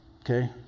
Okay